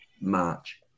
March